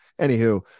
anywho